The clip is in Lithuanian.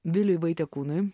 viliui vaitiekūnui